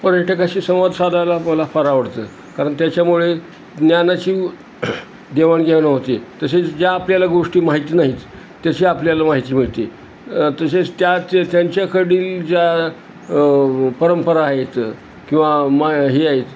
पर्यटकाशी संवाद साधायला मला फार आवडतं कारण त्याच्यामुळे ज्ञानाची देवाण घेवानं होते तशेच ज्या आपल्याला गोष्टी माहिती नाहीत तशी आपल्याला माहिती मिळते तशेच त्याच त्यांच्याकडील ज्या परंपरा आहेत किंवा मा हे आहेत